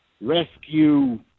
Rescue